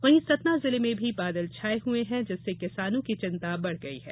वहीं सतना जिले में भी बादल छाये हए हैं जिससे किसानों की चिन्ता बढ़ गई है